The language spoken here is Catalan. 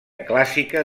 clàssica